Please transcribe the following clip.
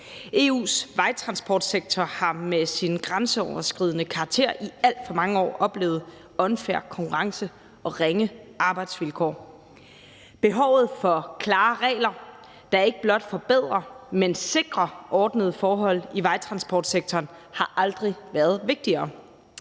EU's vejtransportsektor har med sin grænseoverskridende karakter i alt for mange år oplevet unfair konkurrence og ringe arbejdsvilkår. Behovet for klare regler, der ikke blot forbedrer, men sikrer ordnede forhold i vejtransportsektoren, har aldrig været større.